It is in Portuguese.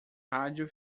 rádio